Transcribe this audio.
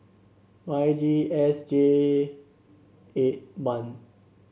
Y G S J eight one